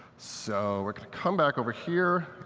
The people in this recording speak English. so we're going to come back over here.